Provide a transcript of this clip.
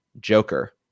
Joker